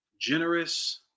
generous